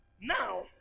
now